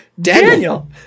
Daniel